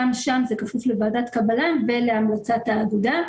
שם זה כפוף לוועדת קבלה ולעמותת האגודה.